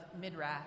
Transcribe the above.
Midrash